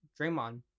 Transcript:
Draymond